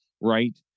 right